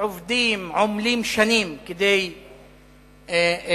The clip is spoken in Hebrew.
עובדים ועמלים שנים כדי להקים